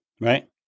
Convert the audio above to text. Right